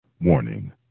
Warning